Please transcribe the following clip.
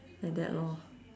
like that lor